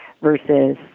versus